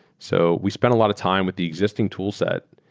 so we spent a lot of time with the existing toolset.